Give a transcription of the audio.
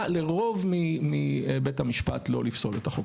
לרוב מבית המשפט לא לפסול את החוק.